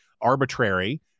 arbitrary